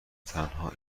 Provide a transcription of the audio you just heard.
تنها